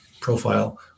profile